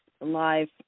live